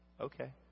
Okay